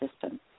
system